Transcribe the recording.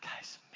guy's